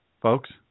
Folks